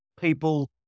people